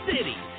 City